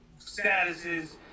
statuses